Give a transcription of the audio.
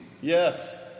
Yes